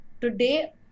today